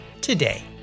today